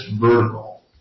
vertical